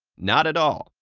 not at all.